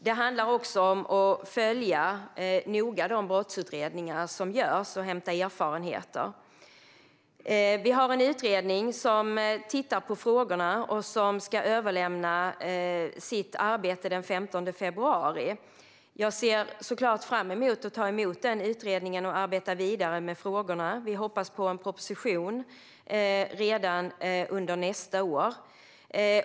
Det handlar också om att noga följa de brottsutredningar som görs och hämta erfarenheter från dem. Vi har tillsatt en utredning som tittar på frågorna och som ska överlämna sitt arbete den 15 februari. Jag ser såklart fram emot att ta emot den utredningen och arbeta vidare med frågorna. Vi hoppas på en proposition redan under nästa år.